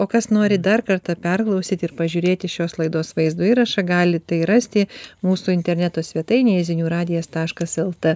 o kas nori dar kartą perklausyti ir pažiūrėti šios laidos vaizdo įrašą gali tai rasti mūsų interneto svetainėje zinių radijas taškas lt